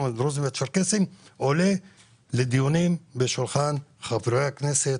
הדרוזים והצ'רקסים עולה לדיון על שולחן חברי הכנסת.